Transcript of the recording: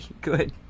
good